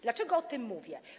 Dlaczego o tym mówię?